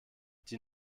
die